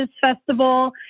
Festival